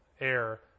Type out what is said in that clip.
air